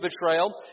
betrayal